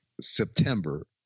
September